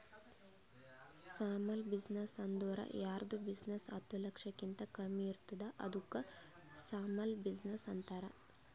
small business ಅಂದುರ್ ಯಾರ್ದ್ business ಹತ್ತ ಲಕ್ಷಕಿಂತಾ ಕಮ್ಮಿ ಇರ್ತುದ್ ಅದ್ದುಕ ಸ್ಮಾಲ್ ಬಿಜಿನೆಸ್ ಅಂತಾರ